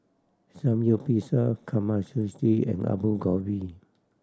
Samgyeopsal Kamameshi and Alu Gobi